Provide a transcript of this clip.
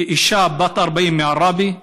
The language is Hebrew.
אישה בת 40 מעראבה.